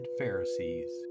pharisees